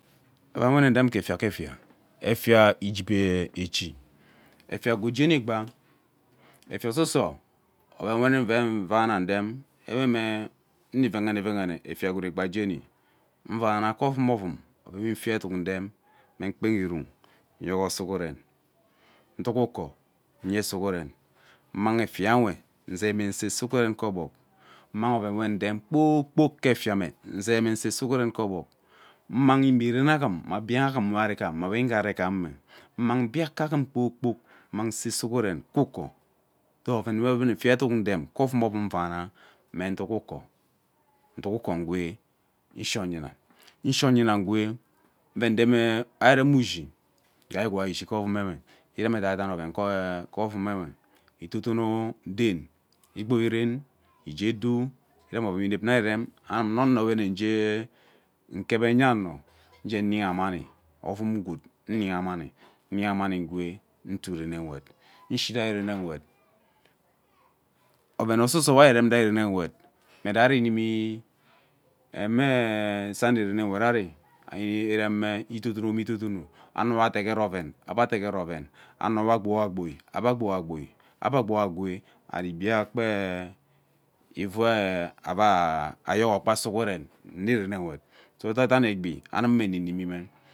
Oven we unevem ke efia ke efia, efia igube echi efia gwood jeni igba efia ususo oven we avaina udem we me nnivehene ivehene efia gwood egba jeni uvana ke ovum ovum oven we ufiet eduk nrem me ugbehi iruung nyogho sughuvem nduk uko nye sughurem mmang efie uwe unzeime ise sughuren ge ogbog mmang oven we urem gee efia nwe kpoo kpok use sughuren gee ogbog mmang imieren aghum biang anghum mma ebe ere ghan mma gbe aghare aghame mmang biaka aghom kpoo kpok mmang nse sughuren gee egbog nwe oven we ene fiet eduk urem gea oum ovum uvana mme nduk uko, nduk uko ngwe nshi oyina ushi oyima ugwee ewe rem ushi we ari igwai ishi ke ovum nwet irem edaiden ishi ke ovum nwe idodono den igbo ren ige edu irem oven we inevi nne ari irem anum nne ono wene ngee nkap enya ano uje nyiha mani ovumi gwood nyiha mani, nyiha mani ngwe utu rene nwet nshi rai rene uwet oven ususo we ari nni rem rai rene nwet mme ramem sani rene nwet ari ari ireme idodoneme idodono ano we adesere oven ebe adegere oven ebe adeger eoven ano we agbo agbo ebe agbo me ebe agbo agwee ari ghi a kpae ivi ee avaa yoghor gba sughurem nne renen uwet edaiden egbi awune nne nuimime.